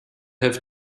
have